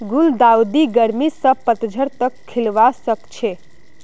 गुलदाउदी गर्मी स पतझड़ तक खिलवा सखछे